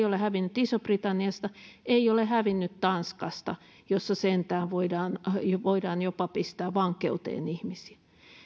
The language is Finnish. ole hävinnyt isosta britanniasta ei se ole hävinnyt tanskasta jossa sentään voidaan voidaan jopa pistää vankeuteen ihmisiä